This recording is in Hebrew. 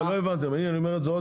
מה שאנחנו אומרים זה דבר